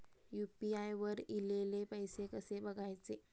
UPI वर ईलेले पैसे कसे बघायचे?